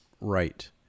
Right